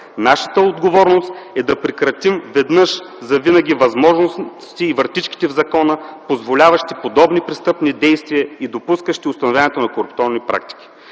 Нашата отговорност е да прекратим веднъж завинаги възможностите и вратичките в закона, позволяващи подобни престъпни действия и допускащи установяването на корупционни практики.